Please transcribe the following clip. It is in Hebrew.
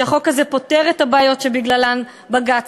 שהחוק הזה פותר את הבעיות שבגללן בג"ץ